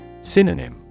Synonym